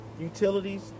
utilities